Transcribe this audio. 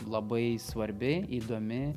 labai svarbi įdomi